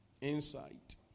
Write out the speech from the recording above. insight